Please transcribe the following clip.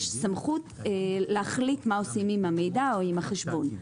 סמכות להחליט מה עושים עם המידע או עם החשבון.